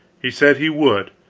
he said he would,